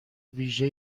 ویژه